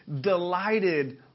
delighted